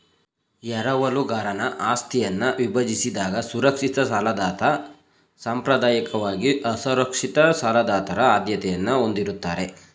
ಎರವಲುಗಾರನ ಆಸ್ತಿಯನ್ನ ವಿಭಜಿಸಿದಾಗ ಸುರಕ್ಷಿತ ಸಾಲದಾತ ಸಾಂಪ್ರದಾಯಿಕವಾಗಿ ಅಸುರಕ್ಷಿತ ಸಾಲದಾತರ ಆದ್ಯತೆಯನ್ನ ಹೊಂದಿರುತ್ತಾರೆ